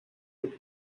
took